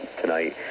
tonight